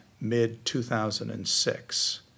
mid-2006